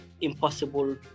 impossible